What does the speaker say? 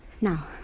Now